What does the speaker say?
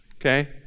okay